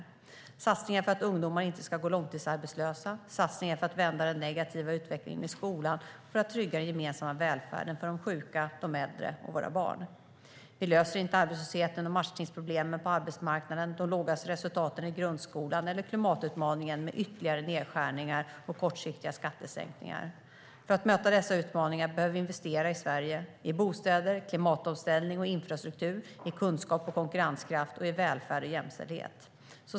Det är satsningar för att ungdomar inte ska gå långtidsarbetslösa och satsningar för att vända den negativa utvecklingen i skolan och för att trygga den gemensamma välfärden för de sjuka, de äldre och våra barn. Vi löser inte arbetslösheten och matchningsproblemen på arbetsmarknaden, de låga resultaten i grundskolan eller klimatutmaningen med ytterligare nedskärningar och kortsiktiga skattesänkningar. För att möta dessa utmaningar behöver vi investera i Sverige: i bostäder, klimatomställning och infrastruktur, i kunskap och konkurrenskraft och i välfärd och jämställdhet.